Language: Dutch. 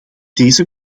deze